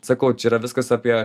sakau čia yra viskas apie